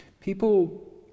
People